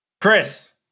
Chris